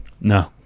No